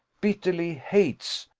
bitterly hates,